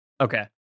Okay